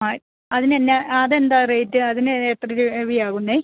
ആ അതിന് എന്നാ അതെന്താ റേയ്റ്റ് അതിന് എത്ര രൂപ ആകുമെന്നേ